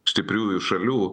stipriųjų šalių